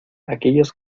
aquellos